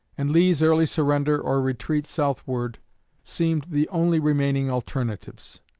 and lee's early surrender or retreat southward seemed the only remaining alternatives.